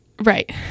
Right